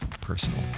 personal